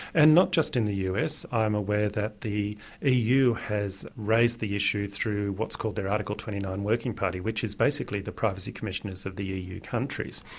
and not just in the us. i'm aware that the eu has raised the issues through what's called their article twenty nine working party, which is basically the privacy commissioners of the eu eu countries,